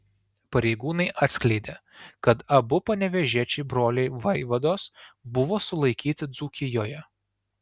pareigūnai atskleidė kad abu panevėžiečiai broliai vaivados buvo sulaikyti dzūkijoje